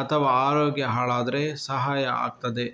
ಅಥವಾ ಅರೋಗ್ಯ ಹಾಳಾದ್ರೆ ಸಹಾಯ ಆಗ್ತದೆ